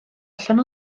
allan